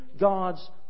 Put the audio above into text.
God's